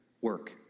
work